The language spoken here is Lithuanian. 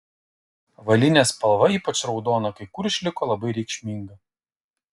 avalynės spalva ypač raudona kai kur išliko labai reikšminga